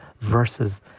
versus